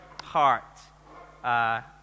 heart